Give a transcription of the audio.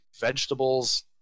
vegetables